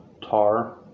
Tar